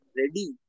ready